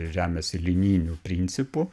žemės linijiniu principu